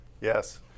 Yes